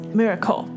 miracle